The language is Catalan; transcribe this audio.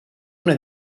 una